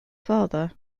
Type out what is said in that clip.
father